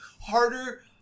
harder